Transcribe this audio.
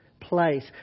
place